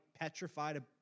petrified